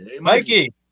Mikey